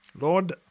Lord